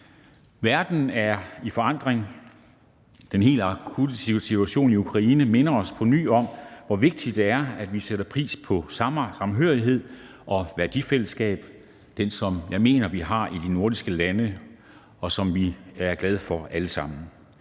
Verden er i forandring. Den helt akutte situation i Ukraine minder os på ny om, hvor vigtigt det er, at vi sætter pris på den samhørighed og det værdifællesskab, som jeg mener at vi har i de nordiske lande, og som vi alle sammen